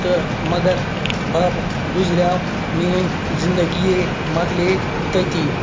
تہٕ مگر بَب گُزریٛوو میٛٲنۍ زندگی یہِ مَکلے تٔتی